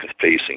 facing